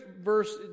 verse